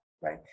right